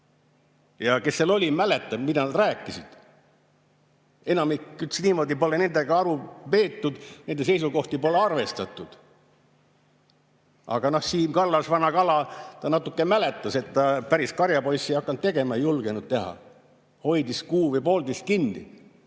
Ja kes seal oli, see mäletab, mida nad rääkisid. Enamik ütles niimoodi, et nendega pole aru peetud, nende seisukohti pole arvestatud. Siim Kallas, vana kala, natuke mäletas, ta päris karjapoissi ei hakanud tegema, ei julgenud teha, hoidis kuu või poolteist kinni.